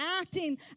acting